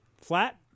Flat